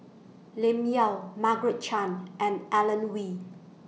Lim Yau Margaret Chan and Alan Oei